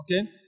Okay